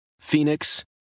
Phoenix